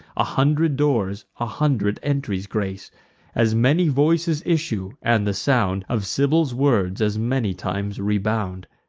a hundred doors a hundred entries grace as many voices issue, and the sound of sybil's words as many times rebound.